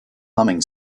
humming